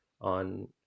on